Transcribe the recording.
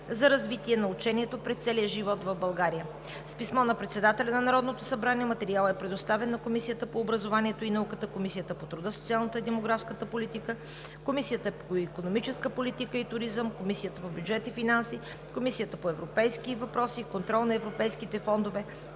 за развитие на учението през целия живот в България“. С писмо на председателя на Народното събрание материалът е предоставен на Комисията по образованието и науката, Комисията по труда, социалната и демографска политика, Комисията по икономическа политика и туризъм, Комисията по бюджет и финанси, Комисията по европейски въпроси и контрол на европейските фондове